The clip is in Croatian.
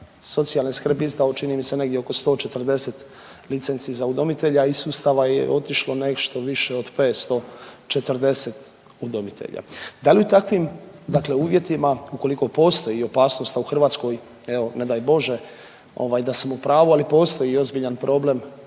socijalne skrbi izdao čini mi se negdje oko 140 licenci za udomitelja, a iz sustava je otišlo nešto više od 540 udomitelja, da li u takvim dakle uvjetima ukoliko postoji opasnost, a u Hrvatskoj evo ne daj Bože ovaj da sam u pravu, ali postoji ozbiljan problem